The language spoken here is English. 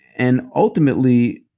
and ultimately,